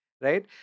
Right